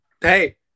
hey